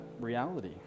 reality